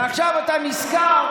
ועכשיו אתה נזכר,